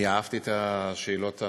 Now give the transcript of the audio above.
אני אהבתי את השאלות הנוספות.